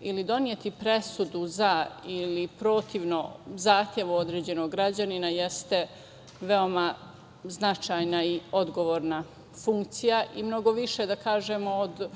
ili doneti presudu za ili protivno zahtevu određenog građanina, jeste veoma značajna i odgovorna funkcija i mnogo više da kažemo od